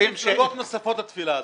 --- נוספות לתפילה הזאת.